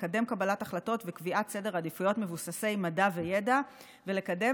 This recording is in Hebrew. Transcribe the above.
לקדם קבלת ההחלטות וקביעת סדר עדיפויות מבוססי מדע וידע ולקדם